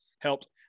helped